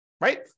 right